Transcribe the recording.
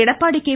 Edappadi K